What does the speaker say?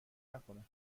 نکنه